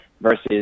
versus